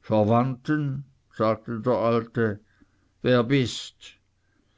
verwandten sagte der alte wer bist